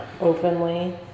openly